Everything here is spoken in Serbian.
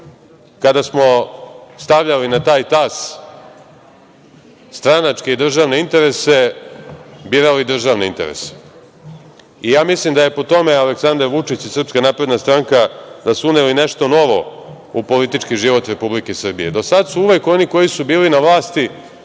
kada smo stavljali na taj tas stranačke i državne interese birali državne interese i ja mislim da je po tome Aleksandar Vučić i SNS, da su uneli nešto novo u politički život Republike Srbije. Do sada su uvek oni koji su bili na vlasti